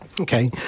Okay